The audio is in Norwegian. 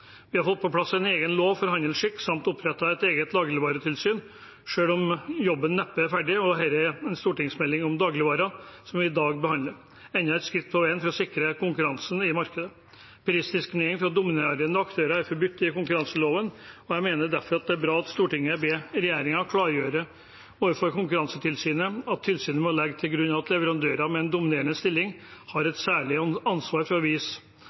Vi har fått på plass en egen lov for handelsskikk og opprettet et eget dagligvaretilsyn. Selv om jobben neppe er ferdig og det er en stortingsmelding om dagligvarer vi i dag behandler, er det enda et skritt på veien mot å sikre konkurransen i markedet. Prisdiskriminering fra dominerende aktører er forbudt etter konkurranseloven, og jeg mener derfor det er bra at Stortinget ber regjeringen klargjøre overfor Konkurransetilsynet at tilsynet må legge til grunn at leverandører med en dominerende stilling har et særlig ansvar for